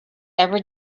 ever